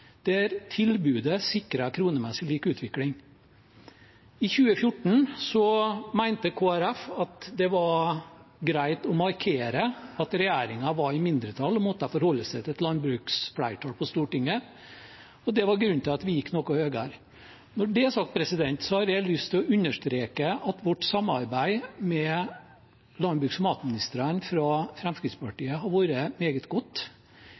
der tilbudet sikrer en kronemessig lik utvikling. I 2014 mente Kristelig Folkeparti at det var greit å markere at regjeringen var i mindretall og måtte forholde seg til et landbruksflertall på Stortinget. Det var grunnen til at vi gikk noe høyere. Når det er sagt, har jeg lyst til å understreke at vårt samarbeid med landbruks- og matministrene fra Fremskrittspartiet har vært meget godt.